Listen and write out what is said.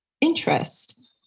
interest